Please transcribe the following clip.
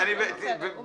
אני לא